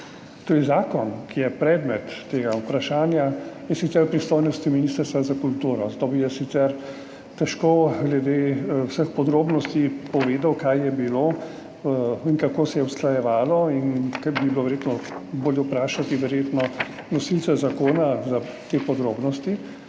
Zakon, ki je predmet tega vprašanja, je sicer v pristojnosti Ministrstva za kulturo, zato bi jaz sicer težko glede vseh podrobnosti povedal, kaj je bilo in kako se je usklajevalo, kar bi bilo verjetno bolje vprašati nosilca zakona, za te podrobnosti.